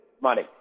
money